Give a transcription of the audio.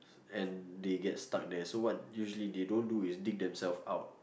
and they get stuck there so what usually they don't do is dig themselves out